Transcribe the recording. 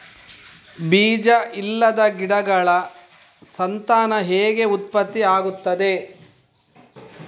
ಬೀಜ ಇಲ್ಲದ ಗಿಡಗಳ ಸಂತಾನ ಹೇಗೆ ಉತ್ಪತ್ತಿ ಆಗುತ್ತದೆ?